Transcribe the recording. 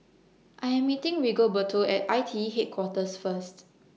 I Am meeting Rigoberto At I T E Headquarters First